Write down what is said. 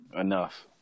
Enough